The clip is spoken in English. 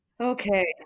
okay